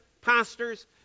pastors